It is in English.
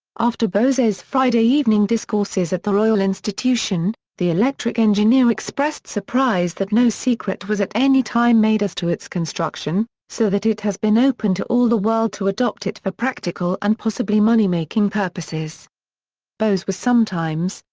after bose's friday evening discourses at the royal institution, the electric engineer expressed surprise that no secret was at any time made as to its construction, so that it has been open to all the world to adopt it for practical and possibly money-making purposes bose was sometimes,